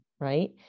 right